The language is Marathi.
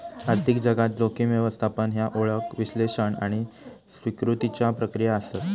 आर्थिक जगात, जोखीम व्यवस्थापन ह्या ओळख, विश्लेषण आणि स्वीकृतीच्या प्रक्रिया आसत